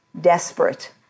desperate